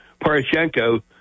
Poroshenko